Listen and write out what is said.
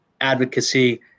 advocacy